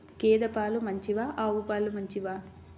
గేద పాలు మంచివా ఆవు పాలు మంచివా?